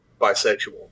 bisexual